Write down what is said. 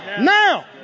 Now